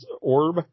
orb